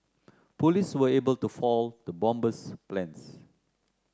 police were able to foil the bomber's plans